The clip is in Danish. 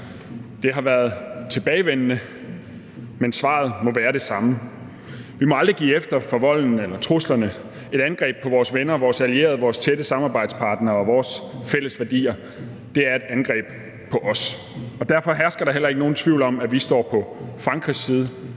Det har været tilbagevendende, men svaret må være det samme: Vi må aldrig give efter for volden eller truslerne. Et angreb på vores venner, vores allierede, vores tætte samarbejdspartnere og vores fælles værdier er et angreb på os. Og derfor hersker der heller ikke nogen tvivl om, at vi står på Frankrigs side.